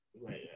Right